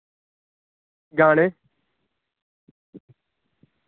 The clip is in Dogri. गाने